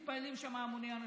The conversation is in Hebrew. מתפללים שם המוני אנשים,